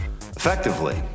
effectively